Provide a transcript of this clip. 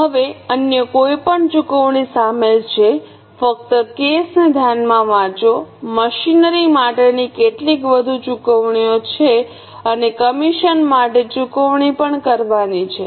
હવે અન્ય કોઈપણ ચુકવણી સામેલ છે ફક્ત કેસને ધ્યાનથી વાંચો મશીનરી માટેની કેટલીક વધુ ચુકવણીઓ છે અને કમિશન માટે ચૂકવણી પણ કરવાની છે